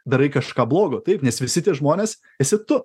darai kažką blogo taip nes visi tie žmonės esi tu